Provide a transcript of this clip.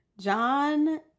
John